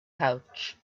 couch